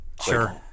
Sure